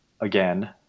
again